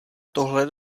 tohle